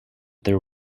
there